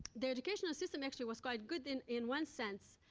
the educational system actually was quite good in in one sense.